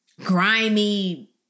grimy